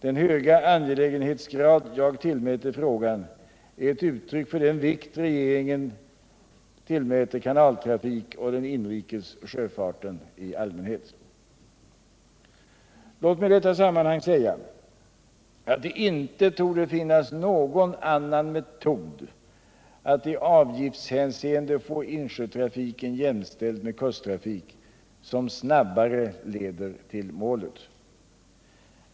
Den höga angelägenhetsgrad jag tillmäter frågan är ett uttryck för den vikt regeringen tillmäter kanaltrafik och den inrikes sjöfarten i allmänhet. Låt mig i detta sammanhang säga att det inte torde finnas någon annan metod att i avgiftshänseende få insjötrafiken jämställd med kusttrafik som snabbare leder till målet.